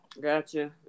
Gotcha